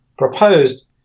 proposed